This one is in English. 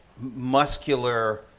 muscular